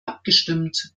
abgestimmt